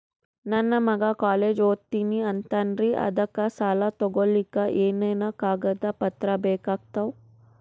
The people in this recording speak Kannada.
ನನ್ನ ಮಗ ಕಾಲೇಜ್ ಓದತಿನಿಂತಾನ್ರಿ ಅದಕ ಸಾಲಾ ತೊಗೊಲಿಕ ಎನೆನ ಕಾಗದ ಪತ್ರ ಬೇಕಾಗ್ತಾವು?